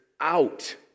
out